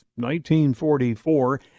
1944